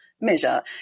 measure